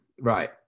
right